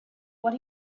what